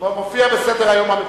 מופיע בסדר-היום?